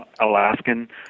Alaskan